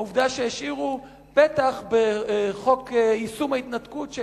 העובדה שהשאירו בחוק יישום ההתנתקות פתח